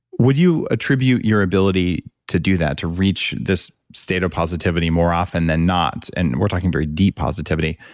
would you attribute your ability to do that, to reach this state of positivity more often than not, and we're talking very deep positivity,